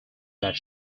that